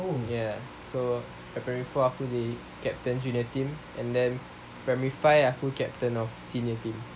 ya so at primary four aku the captain at junior team and then primary five aku captain of senior team